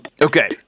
Okay